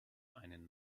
einen